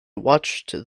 watched